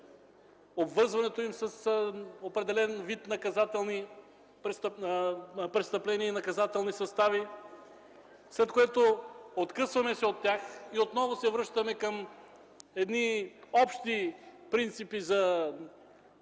обвързването им с определен вид наказателни престъпления и наказателни състави. След това се откъсваме от тях и отново се връщаме към общи принципи за